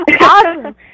Awesome